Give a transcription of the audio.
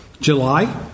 July